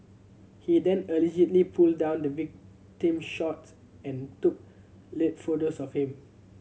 he then allegedly pulled down the victim shorts and took lewd photos of him